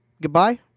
goodbye